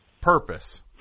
purpose